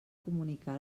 comunicar